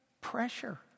Pressure